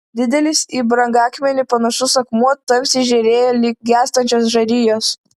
didelis į brangakmenį panašus akmuo tamsiai žėrėjo lyg gęstančios žarijos